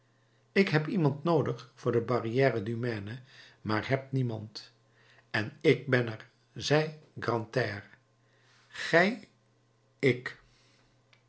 ik heb iemand noodig voor de barrière du maine maar heb niemand en ik ben er zei grantaire gij ik